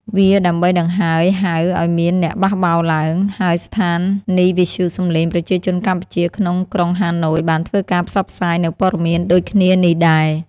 វាដើម្បីដង្ហើយហៅឱ្យមានអ្នកបះបោរឡើង ហើយស្ថានីវិទ្យុសម្លេងប្រជាជនកម្ពុជាក្នុងក្រុងហាណូយបានធ្វើការផ្សព្វផ្សាយនូវពត៍មានដូចគ្នានេះដែរ ។